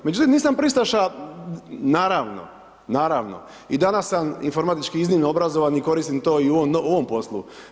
Međutim, nisam pristaša, naravno, naravno, i danas sam informatički iznimno obrazovan i koristim to i u ovom poslu.